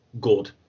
good